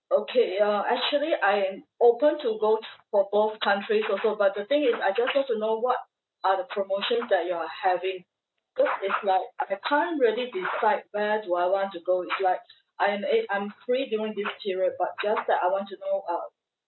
okay uh actually I am open to go to for both countries also but the thing is I just want to know what are the promotions that you are having because is like I I can't really decide where do I want to go it's like I am a~ I'm free during this period but just that I want to know um